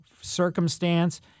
circumstance